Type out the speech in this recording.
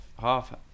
half